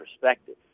perspective